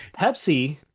Pepsi